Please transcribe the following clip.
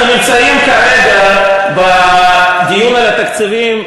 אנחנו נמצאים כרגע בדיון על התקציבים,